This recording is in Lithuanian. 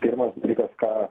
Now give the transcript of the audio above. pirmas dalykas kad